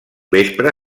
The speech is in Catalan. vespre